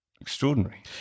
extraordinary